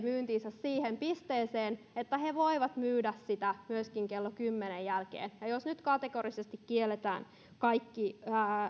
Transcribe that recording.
myyntinsä siihen pisteeseen että he voivat myydä sitä myöskin kello kymmenen jälkeen jos nyt kategorisesti kielletään kaikki